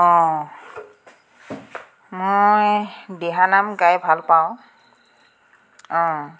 অঁ মই দিহানাম গাই ভাল পাওঁ অঁ